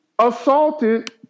assaulted